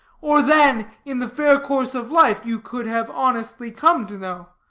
or than, in the fair course of life, you could have honestly come to know.